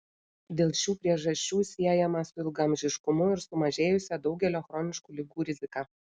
dėl šių priežasčių siejama su ilgaamžiškumu ir sumažėjusia daugelio chroniškų ligų rizika